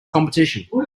competition